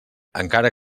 encara